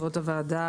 כבוד הוועדה,